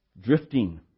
drifting